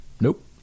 Nope